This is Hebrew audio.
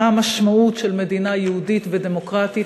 מה המשמעות של מדינה יהודית ודמוקרטית,